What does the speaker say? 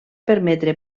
permetre